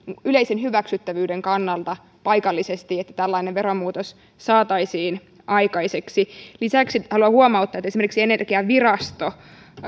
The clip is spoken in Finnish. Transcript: yleisen hyväksyttävyyden kannalta paikallisesti että tällainen veromuutos saataisiin aikaiseksi lisäksi haluan huomauttaa että esimerkiksi energiavirasto